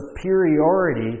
superiority